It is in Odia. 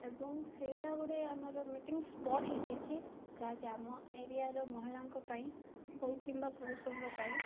ଏବଂ ସେଇଟା ଗୋଟେ ଆମର ମିଟିଂ ସ୍ପଟ ହେଇଯାଇଛି ଯାହାକି ଆମ ଏରିଆର ମହିଳାଙ୍କ ପାଇଁ ହଉ କିମ୍ବା ପୁରୁଷଙ୍କ ପାଇଁ